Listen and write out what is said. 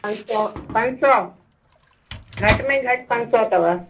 पंज सौ पंज सौ घट में घटि पंज सौ अथव